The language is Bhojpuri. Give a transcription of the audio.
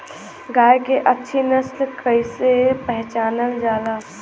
गाय के अच्छी नस्ल कइसे पहचानल जाला?